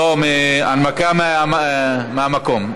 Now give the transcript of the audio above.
לא, הנמקה מהמקום.